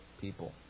people